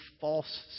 false